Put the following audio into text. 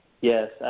yes